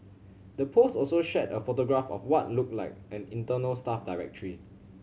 the post also shared a photograph of what looked like an internal staff directory